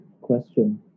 question